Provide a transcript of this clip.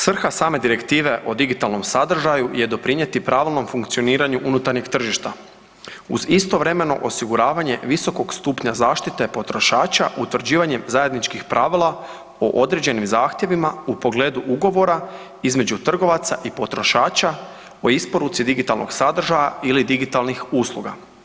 Svrha same Direktive o digitalnom sadržaju je doprinijeti pravilnom funkcioniranju unutarnjeg tržišta uz istovremeno osiguravanje visokog stupnja zaštite potrošača utvrđivanjem zajedničkih pravila o određenim zahtjevima u pogledu ugovora između trgovaca i potrošača o isporuci digitalnog sadržaja ili digitalnih usluga.